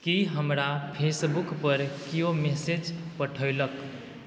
की हमरा फेसबुकपर किओ मैसेज पठौलक